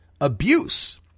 abuse